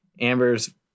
Amber's